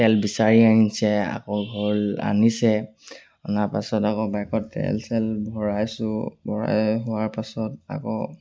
তেল বিচাৰি আনিছে আকৌ ঘৰলৈ আনিছে অনাৰ পাছত আকৌ বাইকত তেল চেল ভৰাইছোঁ ভৰাই হোৱাৰ পাছত আকৌ